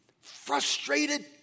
Frustrated